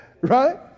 Right